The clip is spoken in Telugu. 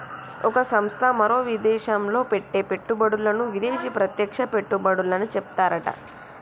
ఒక సంస్థ మరో విదేశంలో పెట్టే పెట్టుబడులను విదేశీ ప్రత్యక్ష పెట్టుబడులని చెప్తారట